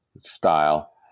style